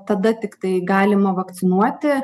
tada tiktai galima vakcinuoti